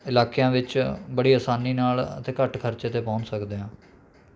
ਇਲਾਕਿਆਂ ਵਿੱਚ ਬੜੀ ਆਸਾਨੀ ਨਾਲ ਅਤੇ ਘੱਟ ਖਰਚੇ 'ਤੇ ਪਹੁੰਚ ਸਕਦੇ ਹਾਂ